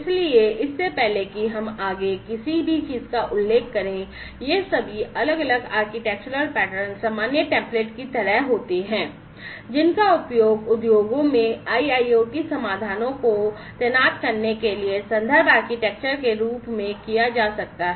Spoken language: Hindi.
इसलिए इससे पहले कि हम आगे किसी भी चीज का उल्लेख करें ये सभी अलग अलग आर्किटेक्चरल पैटर्न सामान्य टेम्प्लेट की तरह होते हैं जिनका उपयोग उद्योगों में IIoT समाधानों को तैनात करने के लिए संदर्भ आर्किटेक्चर के रूप में किया जा सकता है